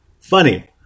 Funny